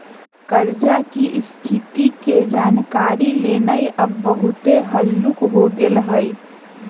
कर्जा की स्थिति के जानकारी लेनाइ अब बहुते हल्लूक हो गेल हइ